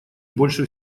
больше